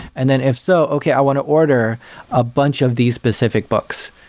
and then if so, okay, i want to order a bunch of these specific books,